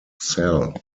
cell